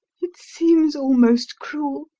it seems almost cruel.